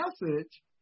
message